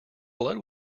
blood